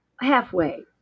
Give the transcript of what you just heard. Halfway